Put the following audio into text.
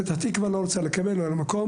פתח תקווה לא רוצה לקבל, לא היה לה מקום.